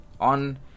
on